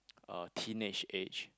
uh teenage age